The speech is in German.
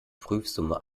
prüfsumme